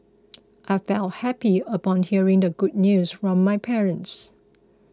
I felt happy upon hearing the good news from my parents